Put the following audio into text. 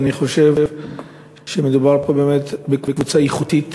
ואני חושב שמדובר באמת בקבוצה איכותית,